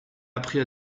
appris